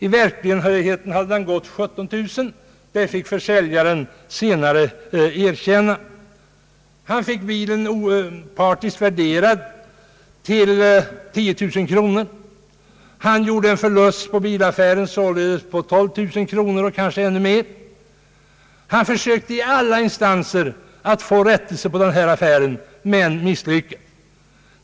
I verkligheten hade den gått 17 000 mil — det fick försäljaren senare erkänna. Köparen fick bilen opartiskt värderad till 10 000 kronor. Han gjorde således en förlust på bilaffären på 12000 kronor och kanske ännu mer. I alla instanser försökte han få rättelse på denna affär men misslyckades.